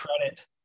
credit